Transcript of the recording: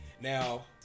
Now